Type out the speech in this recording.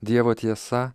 dievo tiesa